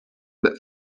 but